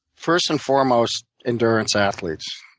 first and foremost, endurance athletes.